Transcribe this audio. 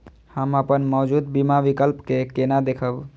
हम अपन मौजूद बीमा विकल्प के केना देखब?